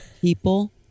People